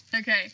Okay